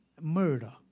murder